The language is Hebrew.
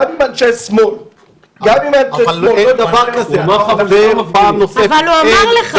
גם אם הם אנשי שמאל --- אבל הוא אמר לך.